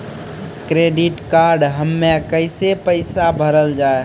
Credit card हम्मे कैसे पैसा भरल जाए?